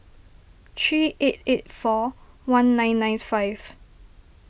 three eight eight four one nine nine five